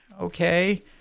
Okay